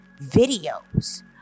videos